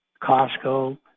Costco